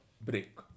break